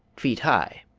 feet high